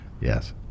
Yes